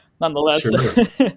nonetheless